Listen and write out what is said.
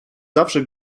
zawsze